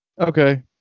Okay